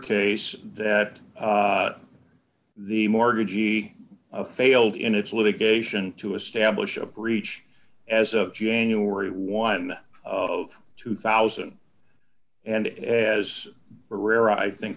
case that the mortgagee of failed in its litigation to establish a breach as of january one of two thousand and as for rare i think